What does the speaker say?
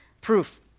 proof